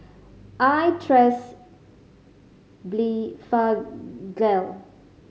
I trust Blephagel